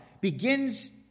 begins